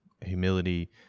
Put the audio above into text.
humility